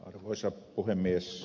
arvoisa puhemies